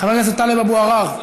חבר הכנסת טלב אבו עראר,